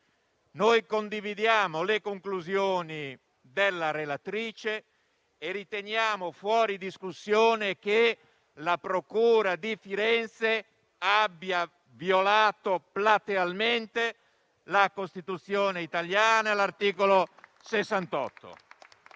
Noi condividiamo le conclusioni della relatrice e riteniamo fuori discussione che la procura di Firenze abbia violato platealmente l'articolo 68